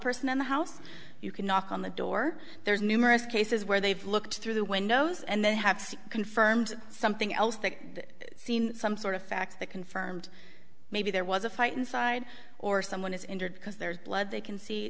person in the house you can knock on the door there's numerous cases where they've looked through the windows and they have confirmed something else that seen some sort of facts that confirmed maybe there was a fight inside or someone is injured because there's blood they can see